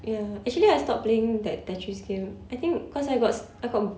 ya actually I stopped playing that Tetris game I think cause I got s~ I got b~